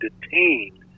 detained